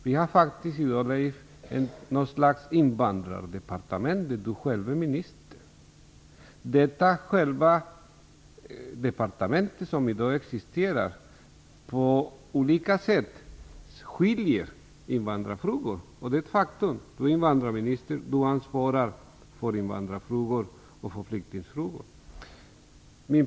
Vi har faktiskt något slags invandrardepartement, vid vilket Leif Blomberg själv är minister. Det departement som i dag existerar gör på olika sätt skillnad på invandrarfrågor och flyktingfrågor. Det är ett faktum, för Leif Blomberg är invandrarminister och ansvarar för invandrar och flyktingfrågor.